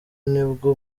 nibwo